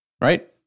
right